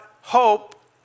hope